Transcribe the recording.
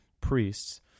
priests